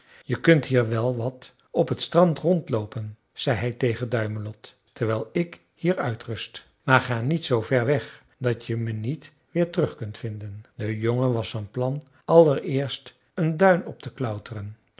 je kunt hier wel wat op het strand rondloopen zei hij tegen duimelot terwijl ik hier uitrust maar ga niet zoo ver weg dat je me niet weer terug kunt vinden de jongen was van plan allereerst een duin op te